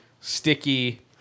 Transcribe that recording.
sticky